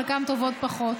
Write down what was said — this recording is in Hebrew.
חלקן טובות פחות.